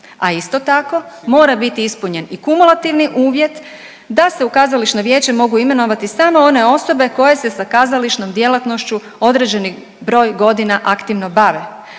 a isto tako mora biti ispunjen i kumulativni uvjet da se u kazališno vijeće mogu imenovati samo one osobe koje se sa kazališnom djelatnošću određeni broj godina aktivno bave,